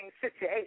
situation